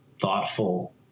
thoughtful